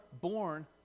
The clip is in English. born